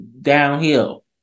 downhill